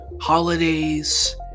holidays